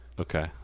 Okay